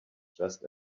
just